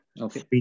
Okay